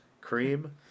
Cream